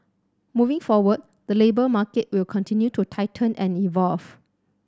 moving forward the labour market will continue to tighten and evolve